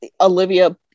Olivia